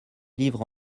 livres